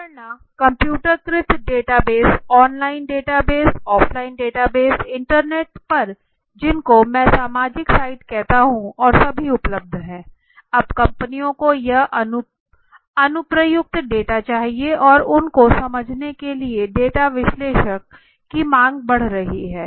जनगणना कम्प्यूटरीकृत database online database offline database internet पर जिनको मैं सामाजिक साइट कहता हूँ और सभी उपलब्ध है अब कंपनियों को यह अप्रयुक्त डेटा चाहिए और उन को समझने के लिए डेटा विश्लेषक की मांग बढ़ रही है